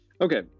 Okay